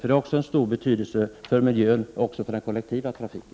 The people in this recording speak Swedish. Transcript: De har nämligen stor betydelse för miljön och för kollektivtrafiken.